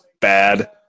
bad